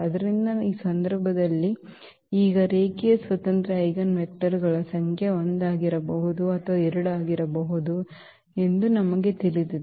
ಆದ್ದರಿಂದ ಈ ಸಂದರ್ಭದಲ್ಲಿ ಈಗ ರೇಖೀಯ ಸ್ವತಂತ್ರ ಐಜೆನ್ವೆಕ್ಟರ್ಗಳ ಸಂಖ್ಯೆ 1 ಆಗಿರಬಹುದು ಅಥವಾ 2 ಆಗಿರಬಹುದು ಎಂದು ನಮಗೆ ತಿಳಿದಿದೆ